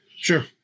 Sure